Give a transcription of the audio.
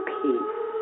peace